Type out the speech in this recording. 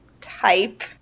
type